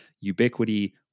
ubiquity